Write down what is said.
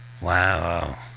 wow